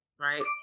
right